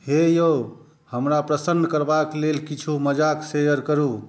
हे यौ हमरा प्रसन्न करबाक लेल किछु मजाक शेयर करू